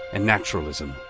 and naturalism.